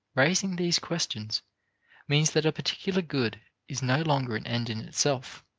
raising these questions means that a particular good is no longer an end in itself,